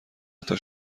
حتی